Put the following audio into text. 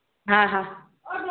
हा हा